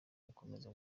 gukomeza